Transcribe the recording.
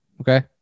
Okay